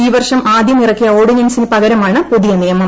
ഈ വർഷം ആദ്യം ഇറക്കിയ ഓർഡിനൻസിന് പകരമാണ് പുതിയ നിയമം